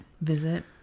visit